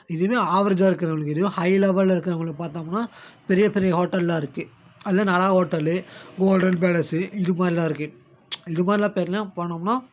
இதுவே ஆவரேஜாக இருக்கிறவங்களுக்கு ஹை லெவலில் இருக்கிறவங்கள பார்த்தோம்னா பெரிய பெரிய ஹோட்டல்லாம் இருக்கு அதில் நளா ஹோட்டால்லு கோல்டன் பேலஸ்ஸு இது மாதிரிலாம் இருக்கு இது மாதிரிலாம் போனோம்னா